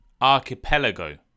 archipelago